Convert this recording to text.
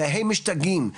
והם משתגעים,